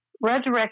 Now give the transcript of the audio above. Resurrection